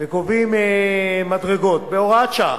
וקובעים מדרגות, בהוראת שעה.